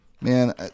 man